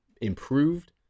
improved